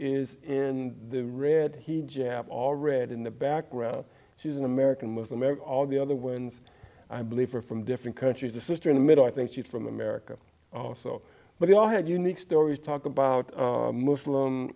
is in the red he japp all red in the background she's an american muslim arab all the other ones i believe are from different countries the sister in the middle i think she's from america or so but they all had unique stories talk about muslim